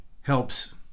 helps